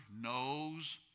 knows